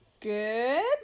good